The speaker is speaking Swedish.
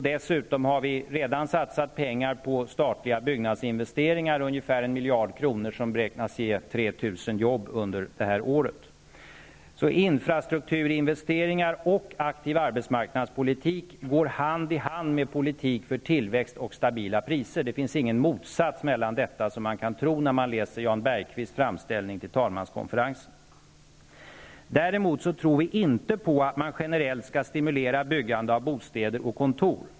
Dessutom har vi redan satsat pengar på statliga byggnadsinvesteringar, ungefär 1 miljard kronor, som beräknas ge 3 000 jobb under detta år. Infrastrukturinvesteringar och aktiv arbetsmarknadspolitik går hand i hand med politik för tillväxt och stabila priser. Det finns ingen motsats mellan dessa, som man kan tro när man läser Jan Berqvists framställning till talmanskonferensen. Däremot tror vi inte på att man generellt skall stimulera byggande av bostäder och kontor.